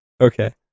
Okay